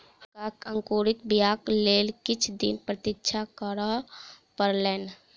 हुनका अंकुरित बीयाक लेल किछ दिन प्रतीक्षा करअ पड़लैन